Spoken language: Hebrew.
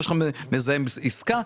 יש לך מזהה עסקה.